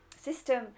system